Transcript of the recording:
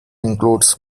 includes